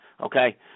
okay